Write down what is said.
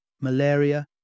malaria